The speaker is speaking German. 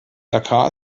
dhaka